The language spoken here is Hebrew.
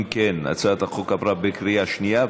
אם כן, הצעת החוק עברה בקריאה שנייה.